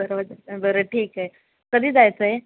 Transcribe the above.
दरवाजात बरं ठीक आहे कधी जायचं आहे